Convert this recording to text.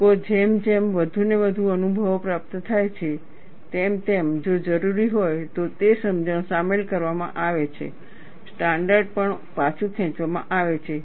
લોકો જેમ જેમ વધુ અને વધુ અનુભવો પ્રાપ્ત થાય છે તેમ તેમ જો જરૂરી હોય તો તે સમજણ સામેલ કરવામાં આવે છે સ્ટાન્ડર્ડ પણ પાછું ખેંચવામાં આવે છે